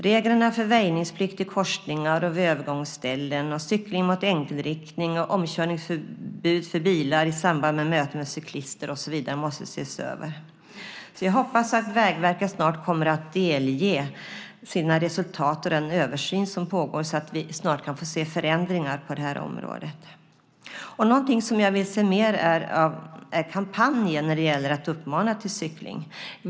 Reglerna för väjningsplikt i korsningar och vid övergångsställen, cykling mot enkelriktning, omkörningsförbud för bilar i samband med möte med cyklister och så vidare måste ses över. Jag hoppas att Vägverket snart kommer att delge sina resultat från den översyn som pågår så att vi snart kan få se förändringar på det här området. Någonting som jag vill se mer av är kampanjer när det gäller att uppmana till cykling.